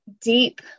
deep